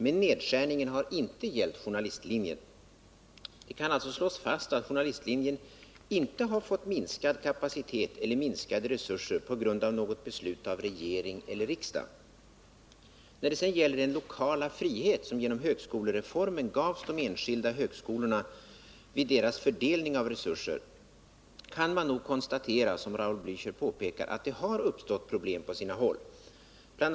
Men nedskärningen har inte gällt journalistlinjen. Det kan alltså slås fast att journalistlinjen inte fått minskad kapacitet eller minskade resurser på grund av något beslut av regering eller riksdag. När det sedan gäller den lokala frihet som genom högskolereformen gavs de enskilda högskolorna vid deras fördelning av resurser kan man konstatera att det, som Raul Blächer påpekade, har uppstått problem på sina håll. BI.